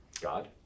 god